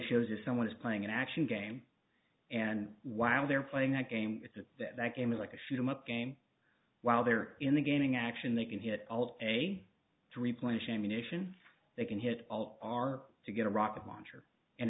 shows if someone is playing an action game and while they're playing that game it's that that game is like a shoot em up game while they're in the gaming action they can hit all day to replenish ammunition they can hit all are to get a rocket launcher and